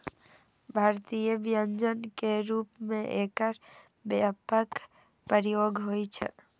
भारतीय व्यंजन के रूप मे एकर व्यापक प्रयोग होइ छै